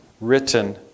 written